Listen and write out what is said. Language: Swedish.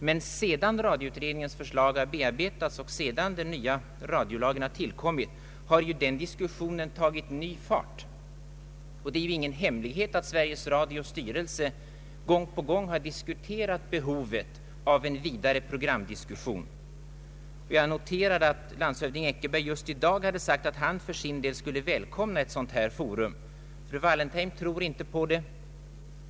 Men sedan radioutredningens förslag bearbetats och sedan den nya radiolagen tillkommit har den diskussionen tagit ny fart. Det är ju ingen hemlighet ait Sveriges Radios styrelse gång på gång har debatterat behovet av en vidare programdiskussion. Jag noterade att landshövding Eckerberg just i dag hade sagt till en journalist att han för sin del skulle välkomna ett sådant här forum. Fru Wallentheim tror inte på det.